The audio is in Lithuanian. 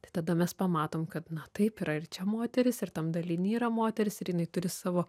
tai tada mes pamatom kad na taip yra ir čia moteris ir tam daliny yra moteris ir jinai turi savo